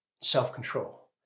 self-control